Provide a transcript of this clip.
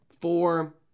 four